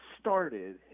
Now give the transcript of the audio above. started